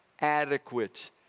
adequate